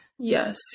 yes